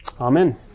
Amen